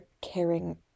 caring